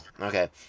okay